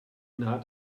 naht